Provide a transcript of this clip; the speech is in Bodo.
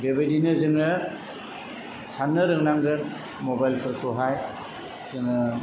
बेबायदिनो जोङो सान्नो रोंनांगोन मबाइलफोरखौहाय जोङो